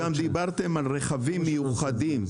גם דיברתם על רכבים מיוחדים,